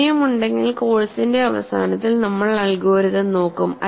സമയമുണ്ടെങ്കിൽ കോഴ്സിന്റെ അവസാനത്തിൽ നമ്മൾ അൽഗോരിതം നോക്കും